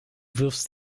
wirfst